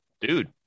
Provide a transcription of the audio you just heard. dude